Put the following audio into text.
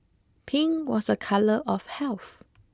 pink was a colour of health